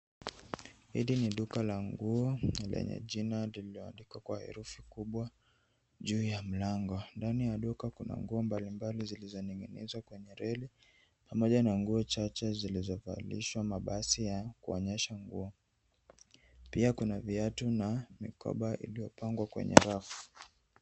Hili ni duka la nguo lenye jina lililoandikwa kwa herufi kubwa juu ya mlango. Ndani ya duka kuna nguo mbalimbali zilizoning'inizwa kwenye reli pamoja na nguo chache zilizovalishwa mabasi ya kuonyesha nguo . Pia kuna viatu na mikoba iliyopangwa kwenye rafu.